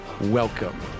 Welcome